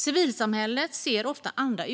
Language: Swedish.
Civilsamhället ser ofta andra